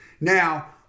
Now